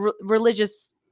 religious